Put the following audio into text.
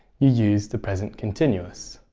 you use the present continuous.